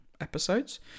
episodes